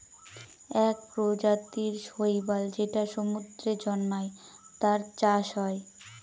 এক প্রজাতির শৈবাল যেটা সমুদ্রে জন্মায়, তার চাষ হয়